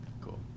Cool